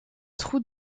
trous